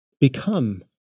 become